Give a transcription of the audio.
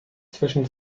zwischen